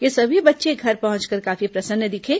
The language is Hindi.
ये सभी बच्चे घर पहुंचकर काफी प्रसन्न दिखे